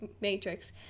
Matrix